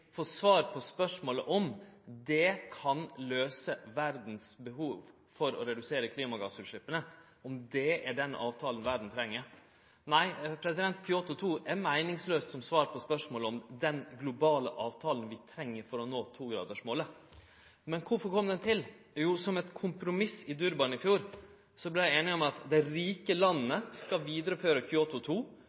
som svar på spørsmålet om det er den avtalen verda treng for å løyse verdas behov for å redusere klimagassutslepp. Nei, Kyoto 2 er meiningslaus som svar på spørsmålet om det er den globale avtalen vi treng for å nå togradersmålet. Men kvifor kom han til? Jau, som eit kompromiss i Durban i fjor vart vi einige om at dei rike landa skal vidareføre